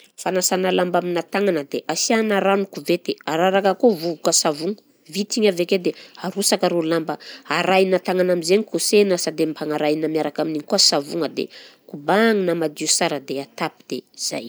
Fanasana lamba aminà tagnana dia asiana ragno kovety, araraka akao vovoka savogna, vita igny avy akeo dia arosaka rô lamba, arahina tagnana am'zegny, kosehina sady ampagnarahina miaraka amin'iny koa savogna dia kobagnina madio sara dia atapy dia zay.